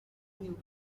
you